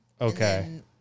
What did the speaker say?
Okay